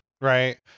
right